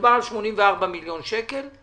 מדובר על 84 מיליון שקל,